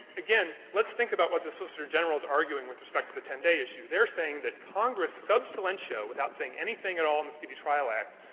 again, let's think about what the solicitor general is arguing with respect to the ten day issue. they're saying that congress sub silentio, without saying anything at all in the speedy trial act,